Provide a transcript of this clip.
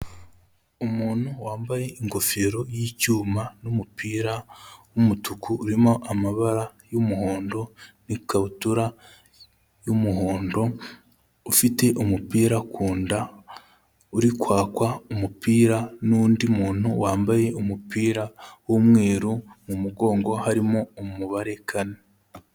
Umuntu wambaye ingofero y'icyuma n'umupira w'umutuku urimo amabara y'umuhondo n'ikabutura y'umuhondo, ufite umupira ku nda, uri kwakwa umupira n'undi muntu wambaye umupira w'umweru mu mugongo harimo umubare kane.